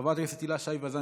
חברת הכנסת הילה שי וזאן,